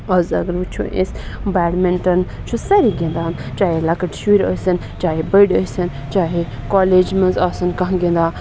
آز اگر وٕچھٕو أسۍ بیڈمِنٹَن چھُ سٲری گِنٛدان چاہے لَکٕٹۍ شُرۍ ٲسِن چاہے بٔڑۍ ٲسِن چاہے کالیج منٛز آسن کانٛہہ گِنٛدان